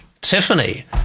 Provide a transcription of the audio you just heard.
Tiffany